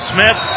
Smith